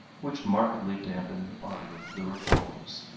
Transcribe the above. which markedly dampened the ardor of the reformers.